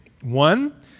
One